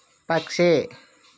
పక్షి